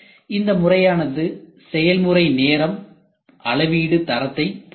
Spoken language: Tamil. இந்த முறையானது செயல்முறை நேரம் அளவீடு தரத்தைப் பொறுத்தது